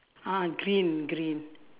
ah green green